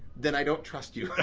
then i don't trust you.